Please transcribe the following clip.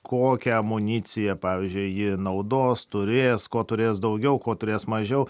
kokią amuniciją pavyzdžiui ji naudos turės ko turės daugiau ko turės mažiau